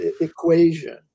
equation